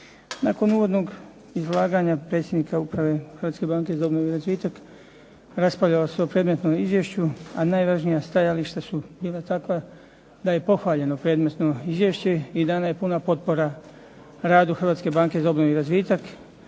Nakon uvodnog izlaganja predsjednika uprave Hrvatske banke za obnovu i razvitak raspravljalo se o predmetnom izvješću, a najvažnija stajališta su bila takva da je pohvaljeno predmetno izvješće i dana je puna potpora radu Hrvatske banke za obnovu i razvitak